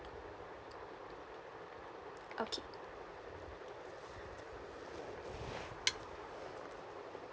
okay